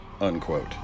unquote